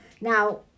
Now